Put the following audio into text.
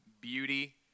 beauty